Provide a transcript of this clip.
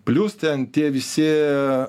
plius ten tie visi